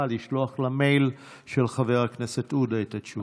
לשלוח למייל של חבר הכנסת עודה את התשובה.